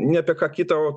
ne apie ką kita o